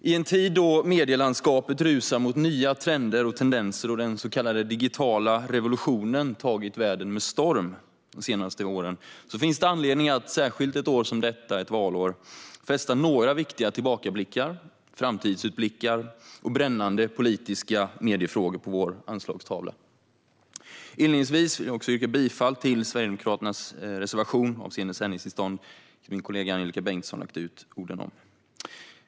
I en tid då medielandskapet rusar mot nya trender och tendenser och den så kallade digitala revolutionen tagit världen med storm finns det anledning, särskilt ett valår som detta, att göra några viktiga tillbakablickar och framtidsutblickar och fästa några brännande politiska mediefrågor på vår anslagstavla. Inledningsvis vill jag yrka bifall till Sverigedemokraternas reservation avseende sändningstillstånd, som min kollega Angelika Bengtsson lagt ut texten om.